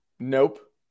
Nope